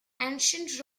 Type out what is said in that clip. ancient